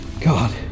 God